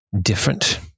different